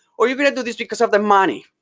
or you're going to do this because of the money.